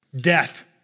Death